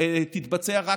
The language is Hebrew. תתבצע רק,